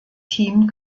team